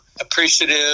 appreciative